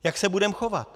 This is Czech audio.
Jak se budeme chovat?